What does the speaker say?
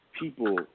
people